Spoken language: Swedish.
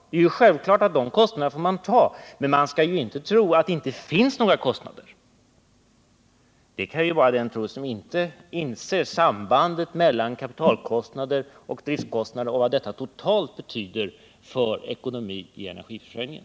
Det är självklart att man får ta dessa kostnader, men man skall inte tro att det inte finns några kostnader. Det kan ju bara den tro som inte inser sambandet mellan kapitalkostnader och driftkostnader och vad detta totalt betyder för ekonomin i energiförsörjningen.